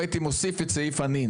הייתי מוסיף את סעיף הנין,